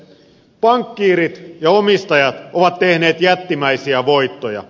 pankkiirit ja omistajat ovat tehneet jättimäisiä voittoja